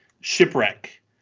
shipwreck